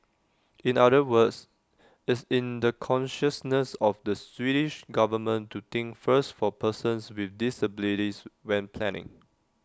in other words it's in the consciousness of the Swedish government to think first for persons with disabilities when planning